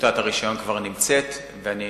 טיוטת הרשיון כבר נמצאת ואני